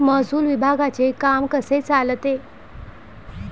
महसूल विभागाचे काम कसे चालते?